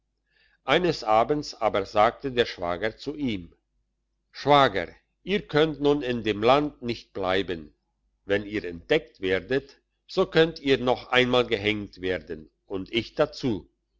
eines abends aber sagte der schwager zu ihm schwager ihr könnt nun in dem land nicht bleiben wenn ihr entdeckt werdet so könnt ihr noch einmal gehenkt werden und ich dazu